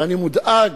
ואני מודאג.